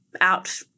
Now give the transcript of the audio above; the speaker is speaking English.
out